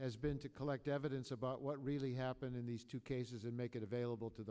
has been to collect evidence about what really happened in these two cases and make it available to